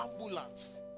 ambulance